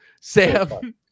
Sam